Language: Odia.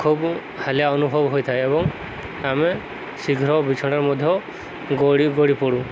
ଖୁବ ହାଲିଆ ଅନୁଭବ ହୋଇଥାଏ ଏବଂ ଆମେ ଶୀଘ୍ର ବିଛଣାରେ ମଧ୍ୟ ଗଡ଼ିପଡ଼ୁ